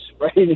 right